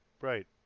Right